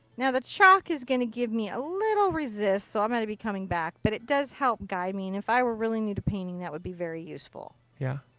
now the chalk is going to give me a little resist so i'm going to be coming back but it does help guide me. and if i were really new to painting that would be very useful. yeah.